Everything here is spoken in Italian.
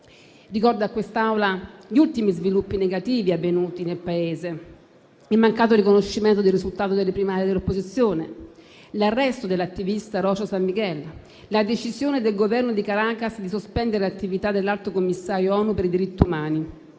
Ricordo a quest'Aula gli ultimi sviluppi negativi avvenuti nel Paese: il mancato riconoscimento del risultato delle primarie dell'opposizione, l'arresto dell'attivista *Rocio* San Miguel, la decisione del Governo di Caracas di sospendere l'attività dell'Alto Commissario Onu per i diritti umani,